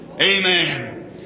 Amen